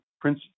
prince